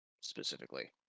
specifically